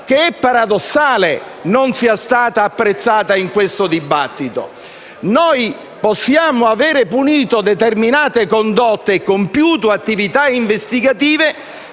che è paradossale non sia stata apprezzata in questo dibattito. Noi possiamo avere punito determinate condotte e compiuto attività investigative